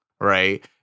right